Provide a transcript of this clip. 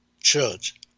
church